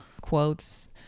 quotes